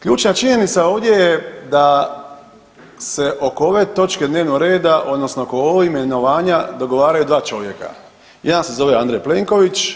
Ključna činjenica ovdje je da se oko ove točke dnevnog reda odnosno oko ovog imenovanja dogovaraju dva čovjeka, jedan se zove Andrej Plenković,